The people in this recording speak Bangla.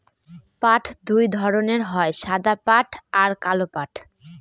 পাট দুই ধরনের হয় সাদা পাট আর কালো পাট